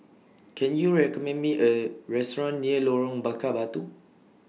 Can YOU recommend Me A Restaurant near Lorong Bakar Batu